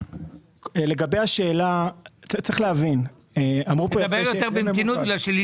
לגבי השאלה, צריך להבין, אמרו פה יפה שזה שני